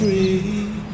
Free